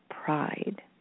Pride